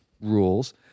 rules